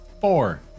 Four